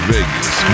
Vegas